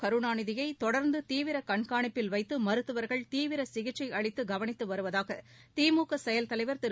கருணாநிதியை தொடர்ந்துதீவிரகண்காணிப்பில் வைத்துமருத்துவர்கள் திமுகதலைவர் திரு தீவிரசிகிச்சைஅளித்து கவனித்துவருவதாகதிமுக செயல் தலைவர் திரு